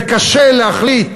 קשה להחליט,